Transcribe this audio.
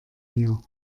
mir